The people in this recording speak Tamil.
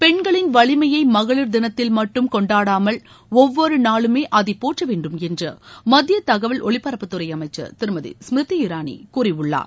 பெண்களின் வலிமையை மகளிர் தினத்தில் மட்டும் கொண்டாடாமல் ஒவ்வொரு நாளுமே அதைப் போற்ற வேண்டும் என்று மத்திய தகவல் ஒலிபரப்புத்துறை அமைச்சர் திருமதி ஸ்மிருதி இராணி கூறியுள்ளார்